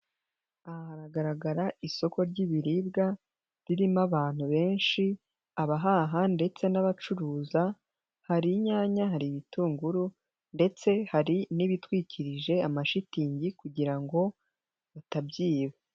Aha hagaragara isoko ry'ibiribwa ririmo abantu benshi, abahaha ndetse n'abacuruza, hari inyanya, hari ibitunguru, ndetse hari n'ibitwikirije amashitingi kugira ngo batabyiba.